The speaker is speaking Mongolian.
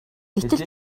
гэтэл